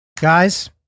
Guys